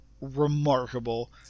remarkable